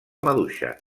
maduixa